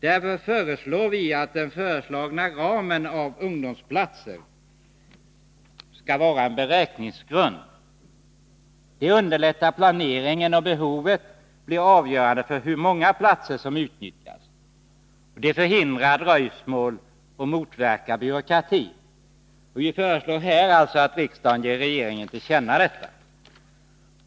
Därför yrkar vi att den föreslagna ramen för ungdomsplatserna skall vara beräkningsgrund. Det underlättar planeringen, och behovet blir avgörande för hur många platser som utnyttjas. Det förhindrar dröjsmål och motverkar byråkrati. Vi föreslår att riksdagen ger regeringen detta till känna.